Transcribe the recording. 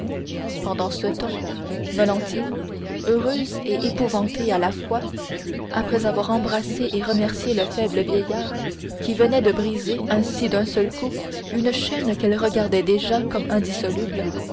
pendant ce temps valentine heureuse et épouvantée à la fois après avoir embrassé et remercié le faible vieillard qui venait de briser ainsi d'un seul coup une chaîne qu'elle regardait déjà comme indissoluble